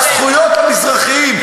על זכויות המזרחים?